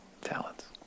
talents